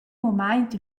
mumaint